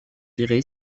tiré